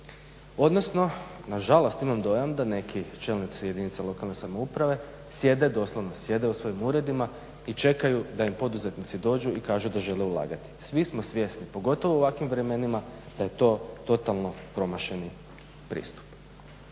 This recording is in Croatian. odnosno nažalost imam dojam da neki čelnici jedinice lokalne samouprave sjede, doslovno sjede u svojim uredima i čekaju da im poduzetnici dođu i kažu da žele ulagati. Svi smo svjesni pogotovo u ovakvim vremenima da je to totalno promašeni pristup.